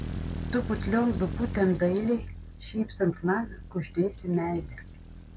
tu putliom lūputėm dailiai šypsant man kuždėsi meilę